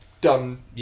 Done